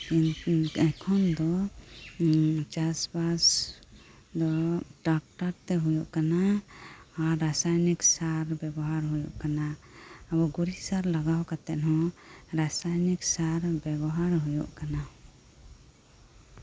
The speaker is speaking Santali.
ᱮᱠᱷᱚᱱ ᱫᱚ ᱪᱟᱥᱵᱟᱥ ᱫᱚ ᱴᱨᱟᱠᱴᱚᱨ ᱛᱮ ᱦᱩᱭᱩᱜ ᱠᱟᱱᱟ ᱟᱨ ᱨᱟᱥᱟᱭᱚᱱᱤᱠ ᱥᱟᱨ ᱵᱮᱵᱚᱦᱟᱨ ᱦᱩᱭᱩᱜ ᱠᱟᱱᱟ ᱜᱩᱨᱤᱡ ᱥᱟᱨ ᱵᱮᱵᱚᱦᱟᱨ ᱠᱟᱛᱮᱜ ᱦᱚᱸ ᱨᱟᱥᱟᱭᱚᱱᱤᱠ ᱥᱟᱨ ᱵᱮᱵᱚᱦᱟᱨ ᱦᱩᱭᱩᱜ ᱠᱟᱱᱟ